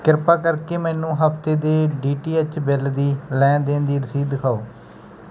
ਕਿਰਪਾ ਕਰਕੇ ਮੈਨੂੰ ਹਫ਼ਤੇ ਦੇ ਡੀ ਟੀ ਐੱਚ ਬਿੱਲ ਦੀ ਲੈਣ ਦੇਣ ਦੀ ਰਸੀਦ ਦਿਖਾਓ